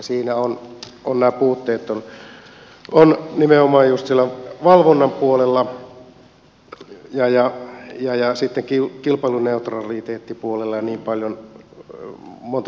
siinä nämä puutteet ovat nimenomaan just siellä valvonnan puolella ja sitten kilpailuneutraliteettipuolella ja niin paljon on muitakin puutteita